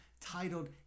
titled